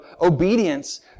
obedience